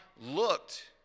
looked